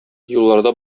юлларда